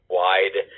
wide